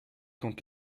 contre